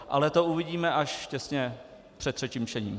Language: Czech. Ale to uvidíme až těsně před třetím čtením.